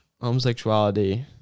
homosexuality